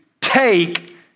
take